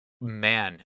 man